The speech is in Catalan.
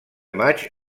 maig